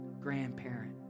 grandparent